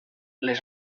les